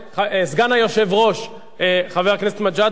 סגן היושב-ראש חבר הכנסת מג'אדלה,